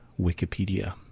Wikipedia